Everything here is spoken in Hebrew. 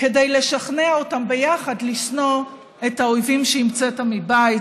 כדי לשכנע אותם ביחד לשנוא את האויבים שהמצאת מבית,